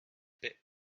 bit